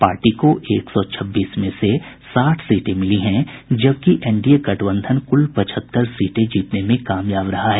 party को एक सौ छब्बीस में से साठ सीटें मिली हैं जबकि एनडीए गठबंधन क्ल पचहत्तर सीटें जीतने में कामयाब रहा है